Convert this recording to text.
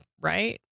right